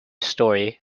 story